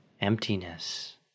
emptiness